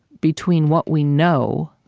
between what we know